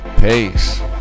Peace